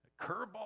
Curveball